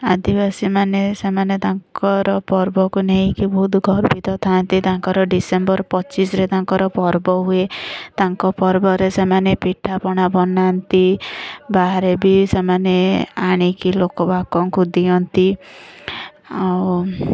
ଆଦିବାସୀମାନେ ସେମାନେ ତାଙ୍କର ପର୍ବକୁ ନେଇକି ବହୁତ ଗର୍ବିତ ଥାଆନ୍ତି ତାଙ୍କର ଡିସେମ୍ବର ପଚିଶିରେ ତାଙ୍କର ପର୍ବ ହୁଏ ତାଙ୍କ ପର୍ବରେ ସେମାନେ ପିଠାପଣା ବନାନ୍ତି ବାହାରେ ବି ସେମାନେ ଆଣିକି ଲୋକବାକଙ୍କୁ ଦିଅନ୍ତି ଆଉ